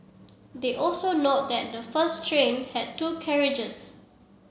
they also note that the first train had two carriages